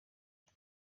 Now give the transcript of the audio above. bwe